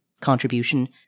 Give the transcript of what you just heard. contribution